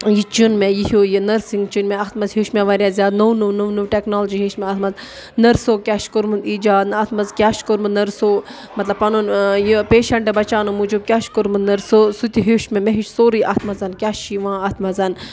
یہِ چُن مےٚ یہِ ہیوٗ یہِ نٔرسِنٛگ چُنۍ مےٚ اَتھ مںٛز ہیوٚچھ مےٚ واریاہ زیادٕ نو نو نو نو ٹٮ۪کنالجی ہیٚچھ مےٚ اَتھ منٛز نٔرسو کیٛاہ چھُ کوٚرمُت ایٖجاد نَہ اَتھ منٛز کیٛاہ چھُ کوٚمُت نٔرسو مطلب پنُن یہِ پیشنٛٹ بچاونہٕ موٗجوٗب کیٛاہ چھُ کوٚرمُت نٔرسو سُہ تہِ ہیوٚچھ مےٚ مےٚ ہیوٚچھ سوری اَتھ منٛز کیٛاہ چھِ یِوان اَتھ منٛز